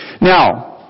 Now